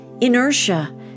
inertia